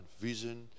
vision